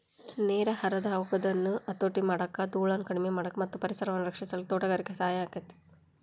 ನೇರ ಹರದ ಹೊಗುದನ್ನ ಹತೋಟಿ ಮಾಡಾಕ, ದೂಳನ್ನ ಕಡಿಮಿ ಮಾಡಾಕ ಮತ್ತ ಪರಿಸರವನ್ನ ರಕ್ಷಿಸಲಿಕ್ಕೆ ತೋಟಗಾರಿಕೆ ಸಹಾಯ ಆಕ್ಕೆತಿ